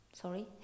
sorry